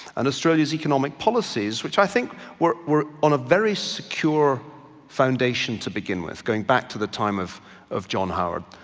and australia's economic policies, which i think were were on a very secure foundation to begin with, going back to the time of of john howard.